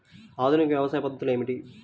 ఆధునిక వ్యవసాయ పద్ధతులు ఏమిటి?